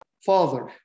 father